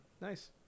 nice